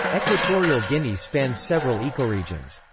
equatorial guinea spans several ecoregions.